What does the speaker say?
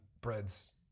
bread's